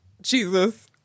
Jesus